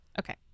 Okay